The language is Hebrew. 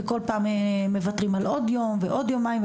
וכל פעם מוותרים על עוד יום או על עוד יומיים.